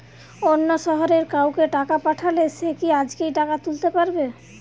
অন্য শহরের কাউকে টাকা পাঠালে সে কি আজকেই টাকা তুলতে পারবে?